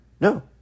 No